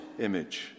image